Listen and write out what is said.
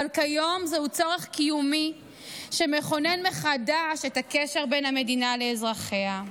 אבל כיום זהו צורך קיומי שמכונן מחדש את הקשר בין המדינה לאזרחיה.